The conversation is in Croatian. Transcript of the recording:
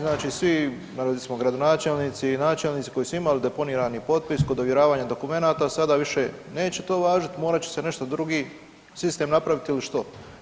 Znači svi recimo gradonačelnici i načelnici koji su imali deponirani potpis kod ovjeravanja dokumenata sada više to neće važiti, morat će se nešto drugi sistem napraviti ili što?